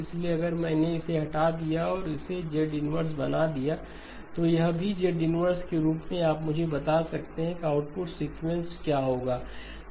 इसलिए अगर मैंने इसे हटा दिया है और इसेZ 1 बना दिया है तो यह भीZ 1 के रूप में आप मुझे बता सकते हैं कि आउटपुट सीक्वेंस क्या होगा